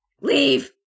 Leave